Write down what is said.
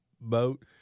boat